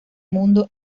mundo